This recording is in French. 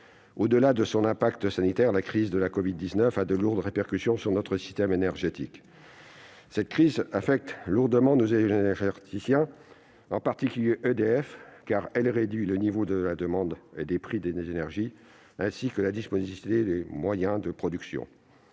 Au-delà de son impact sanitaire, la crise de la covid-19 a de graves répercussions sur notre système énergétique. Cette crise affecte lourdement nos énergéticiens, en particulier EDF, car elle réduit le niveau de la demande et des prix des énergies ainsi que la disponibilité des moyens de production.